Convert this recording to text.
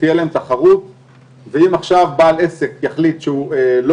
תהיה להם תחרות ואם עכשיו בעל עסק יחליט שהוא לא